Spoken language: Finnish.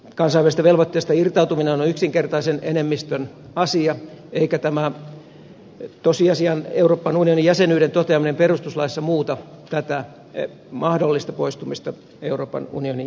kansainvälisistä velvoitteista irtautuminen on yksinkertaisen enemmistön asia eikä tämän tosiasian euroopan unionin jäsenyyden toteaminen perustuslaissa muuta tätä mahdollista poistumista euroopan unionin jäsenyydestä